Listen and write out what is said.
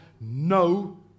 no